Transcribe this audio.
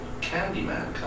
Candyman